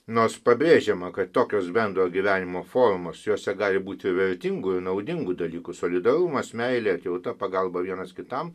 nors pabrėžiama kad tokios bendro gyvenimo formos jose gali būti vertingų naudingų dalykų solidarumas meilė atjauta pagalba vienas kitam